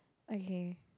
okay